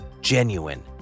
genuine